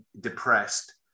depressed